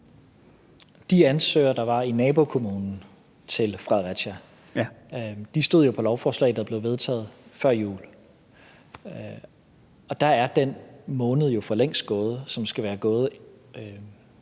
De ansøgere, der var i nabokommunen til Fredericia, stod på lovforslaget, der blev vedtaget før jul, og der er den måned jo for længst gået, som skal være gået,